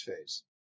phase